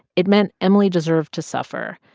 it meant emily deserved to suffer.